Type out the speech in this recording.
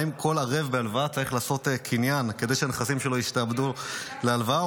האם כל ערב בהלוואה צריך לעשות קניין כדי שהנכסים שלו ישתעבדו להלוואה,